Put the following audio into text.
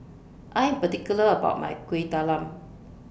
I'm particular about My Kueh Talam